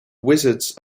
wizards